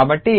కాబట్టి